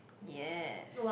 yes